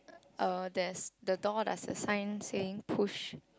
uh there's the door does the sign saying push